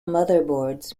motherboards